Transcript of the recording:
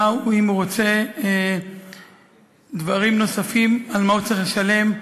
ואם הוא רוצה דברים נוספים, על מה הוא צריך לשלם,